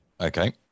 Okay